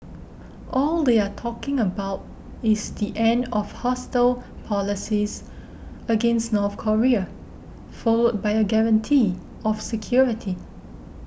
all they are talking about is the end of hostile policies against North Korea followed by a guarantee of security